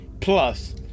plus